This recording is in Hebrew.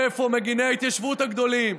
איפה מגיני ההתיישבות הגדולים?